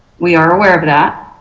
we are aware of that.